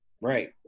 Right